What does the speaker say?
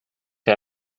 der